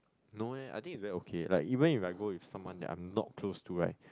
no eh I think is very okay like even if I go with someone that I'm not close to right